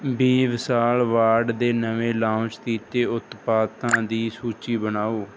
B ਵਿਸ਼ਾਲ ਬਾਡ ਦੇ ਨਵੇਂ ਲਾਂਚ ਕੀਤੇ ਉਤਪਾਦਾਂ ਦੀ ਸੂਚੀ ਬਣਾਓ